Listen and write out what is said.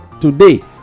today